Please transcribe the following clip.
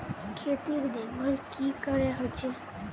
खेतीर देखभल की करे होचे?